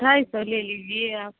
ढाई सौ ले लीजिए आप